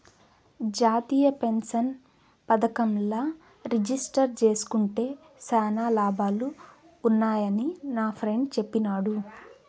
జాతీయ పెన్సన్ పదకంల రిజిస్టర్ జేస్కుంటే శానా లాభాలు వున్నాయని నాఫ్రెండ్ చెప్పిన్నాడు